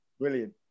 Brilliant